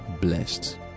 blessed